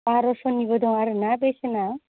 बार'स'निबो दं आरो ना बेसेना